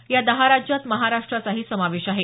या दहा राज्यात महाराष्ट्राचाही समावेश आहे